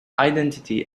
identity